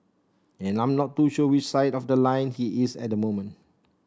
and I'm not too sure which side of the line he is at the moment